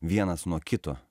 vienas nuo kito